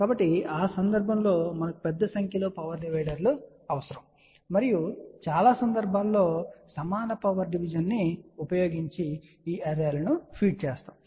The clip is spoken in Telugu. కాబట్టి ఆ సందర్భంలో మనకు పెద్ద సంఖ్యలో పవర్ డివైడర్లు అవసరం మరియు చాలా సందర్భాలలో సమాన పవర్ డివిషన్ ని ఉపయోగించి ఈ అర్రే లను ఫీడ్ చేస్తాము